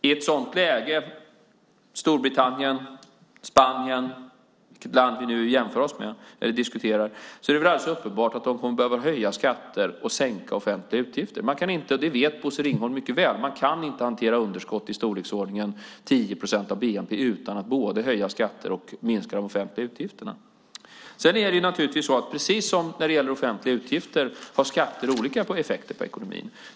I ett sådant läge är det alldeles uppenbart att Storbritannien, Spanien, vilket land vi än diskuterar kommer att behöva höja skatter och sänka offentliga utgifter. Man kan inte, och det vet Bosse Ringholm mycket väl, hantera underskott i storleksordningen 10 procent av bnp utan att både höja skatter och minska de offentliga utgifterna. Sedan är det naturligtvis så att precis som när det gäller offentliga utgifter har skatter olika effekter på ekonomin.